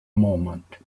moment